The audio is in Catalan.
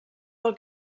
del